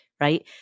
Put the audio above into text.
right